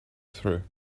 through